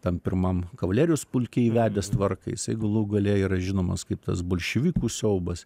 tam pirmam kavalerijos pulke įvedęs tvarką jisai galų gale yra žinomas kaip tas bolševikų siaubas